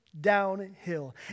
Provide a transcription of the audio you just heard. downhill